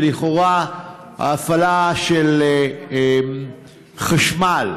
שלכאורה ההפעלה של חשמל,